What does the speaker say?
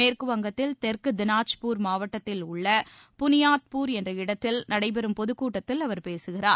மேற்கு வங்கத்தில் தெற்கு தினாஜ்ப்பூர் மாவட்டத்தில் உள்ள புளியாத்பூர் என்ற இடத்தில் நடைபெறும் பொது கூட்டத்தில் அவர் பேசுகிறார்